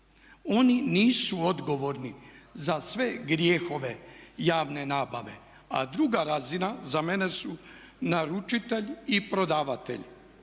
Oni nisu odgovorni za sve grijehe javne nabave. A druga razina za mene su naručitelj i prodavatelj.